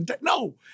No